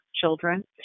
children